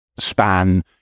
span